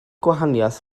gwahaniaeth